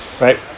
right